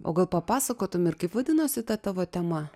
o gal papasakotum ir kaip vadinosi ta tavo tema